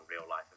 real-life